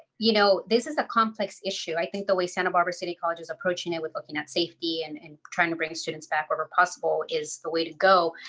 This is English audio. you know, this is a complex issue. i think the way santa barbara city college is approaching it with looking at safety and and trying to bring students back whenever possible is the way to go.